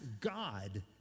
God